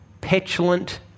petulant